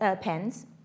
pens